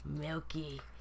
Milky